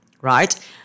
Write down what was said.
right